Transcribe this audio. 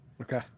Okay